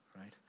right